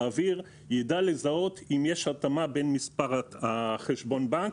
ידע לזהות אם יש התאמה בין מספר חשבון הבנק